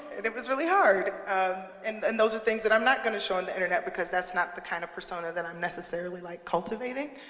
it it was really hard. and and those are things that i'm not gonna show on the internet because that's not the kind of persona that i'm necessarily like cultivating.